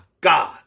God